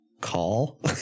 call